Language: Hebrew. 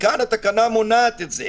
כאן התקנה מונעת את זה.